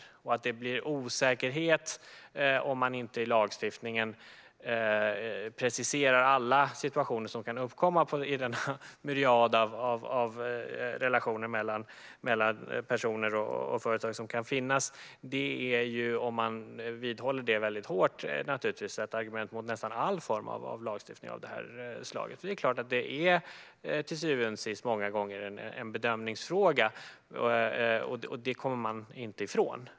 Om man väldigt hårt vidhåller att det blir osäkerhet om man inte i lagstiftningen preciserar alla situationer som kan uppkomma i den myriad av relationer mellan personer och företag som kan finnas är det naturligtvis ett argument mot nästan all lagstiftning av detta slag. Det är klart att det till syvende och sist många gånger är en bedömningsfråga; det kommer man inte ifrån.